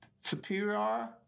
Superior